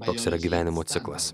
toks yra gyvenimo ciklas